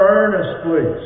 earnestly